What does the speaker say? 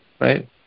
right